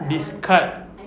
discard